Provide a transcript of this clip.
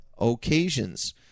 occasions